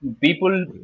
People